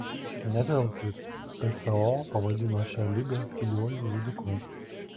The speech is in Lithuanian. ne veltui pso pavadino šią ligą tyliuoju žudiku